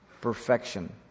Perfection